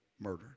murder